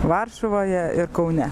varšuvoje ir kaune